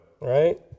right